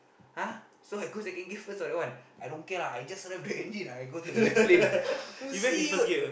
!huh! so I go second gear first or that one I don't care lah I just rev the engine I go to the left lane